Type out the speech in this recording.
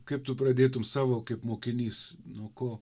kaip tu pradėtum savo kaip mokinys nuo ko